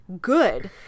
good